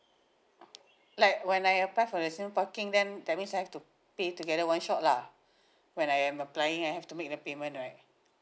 like when I apply for the season parking then that means I have to pay together one shot lah when I am applying I have to make the payment right